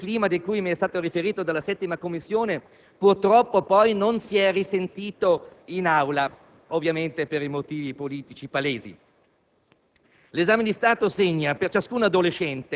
tra maggioranza ed opposizione. Devo dire che questo clima, di cui mi è stato riferito, della 7a Commissione purtroppo poi non si è risentito in Aula, ovviamente per motivi politici palesi.